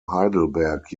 heidelberg